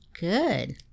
Good